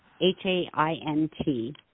H-A-I-N-T